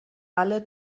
alle